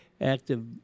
active